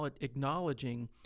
acknowledging